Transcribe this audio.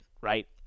right